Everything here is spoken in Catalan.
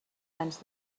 anys